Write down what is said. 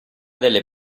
delle